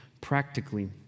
practically